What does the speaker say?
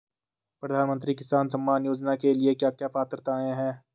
प्रधानमंत्री किसान सम्मान योजना के लिए क्या क्या पात्रताऐं हैं?